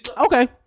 Okay